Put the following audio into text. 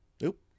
Nope